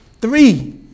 three